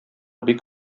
бик